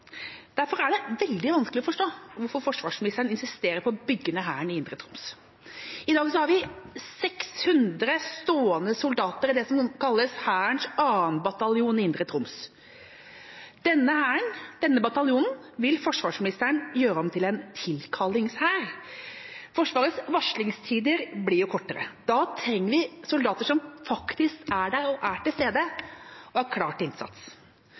Derfor er det veldig vanskelig å forstå hvorfor forsvarsministeren insisterer på å bygge ned Hæren i indre Troms. I dag har vi 600 stående soldater i det som kalles Hærens 2. bataljon i indre Troms. Denne hæren, denne bataljonen, vil forsvarsministeren gjøre om til en tilkallingshær. Forsvarets varslingstider blir jo kortere. Da trenger vi soldater som faktisk er der, som er til stede og er klare til innsats.